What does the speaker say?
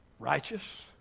Righteous